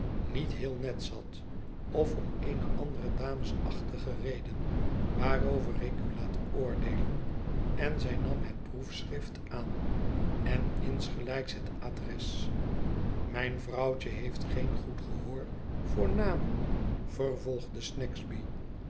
niet heel net zat of om eene andere damesachtige reden waarover ik u laat oordeelen en zij nam het proefschrift aan en insgelijks het adres mijn vrouwtje heeft geen goed gehoor voor